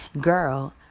girl